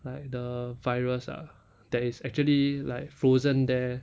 like the virus ah that is actually like frozen there